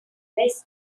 west